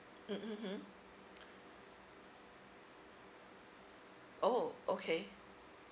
mmhmm oh okay